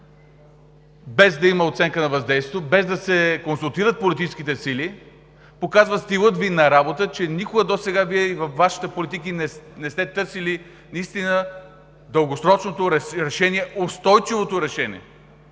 без да има оценка на въздействието, без да се консултират политическите сили, показва стила Ви на работа, че никога досега във Вашите политики не сте търсили наистина дългосрочното, устойчивото решение